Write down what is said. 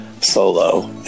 Solo